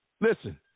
Listen